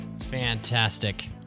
fantastic